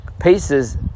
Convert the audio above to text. pieces